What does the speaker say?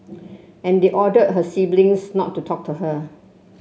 and they ordered her siblings not to talk to her